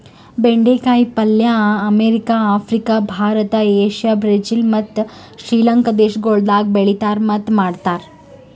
ಬೆಂಡೆ ಕಾಯಿ ಪಲ್ಯ America, Africa, Bharat, Asia, Brazil ಮತ್ತ್ ಶ್ರೀ ಲಂಕಾ ದೇಶಗೊಳ್ದಾಗ್ ಬೆಳೆತಾರ್ ಮತ್ತ್ ಮಾಡ್ತಾರ್